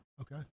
Okay